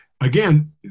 again